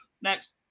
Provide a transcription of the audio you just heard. Next